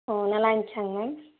ஓ நல்லா இந்துச்சாங்க மேம்